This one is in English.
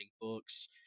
books